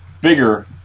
bigger